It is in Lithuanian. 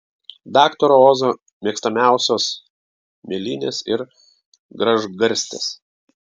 daktaro ozo mėgstamiausios mėlynės ir gražgarstės